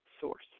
Source